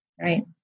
Right